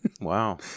Wow